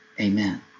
Amen